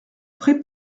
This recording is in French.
pré